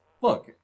look